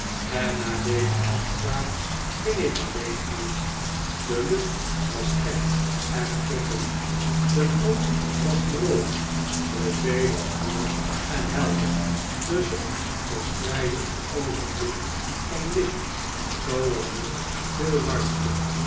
en na deze afspraak ging ik alleen uit de lucht was scherp en prikkelend de grond was droog de zee was woelig en helder de zon verspreidde een overvloed van licht zoo al niet veel warmte